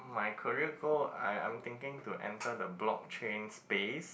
my career goal I I'm thinking to enter the blockchains base